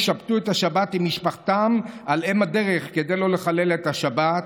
שבתו את השבת עם משפחתם על אם הדרך כדי לא לחלל את השבת,